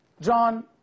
john